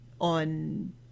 on